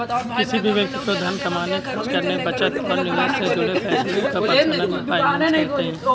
किसी भी व्यक्ति के धन कमाने, खर्च करने, बचत और निवेश से जुड़े फैसलों को पर्सनल फाइनैन्स कहते हैं